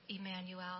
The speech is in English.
Emmanuel